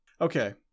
Okay